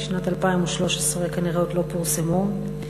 לשנת 2013 כנראה עוד לא פורסמו,